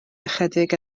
ychydig